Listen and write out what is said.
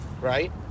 right